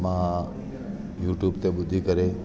मां YouTube ते ॿुधी करे